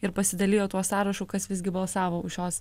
ir pasidalijo tuo sąrašu kas visgi balsavo už šios